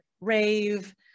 rave